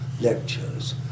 lectures